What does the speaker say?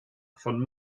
von